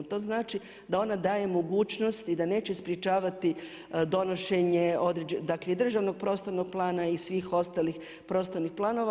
To znači da ona daje mogućnost i da neće sprječavati donošenje dakle i državnog prostornog plana i svih ostalih prostornih planova.